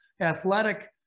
athletic